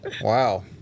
Wow